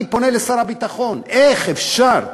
אני פונה לשר הביטחון, איך אפשר?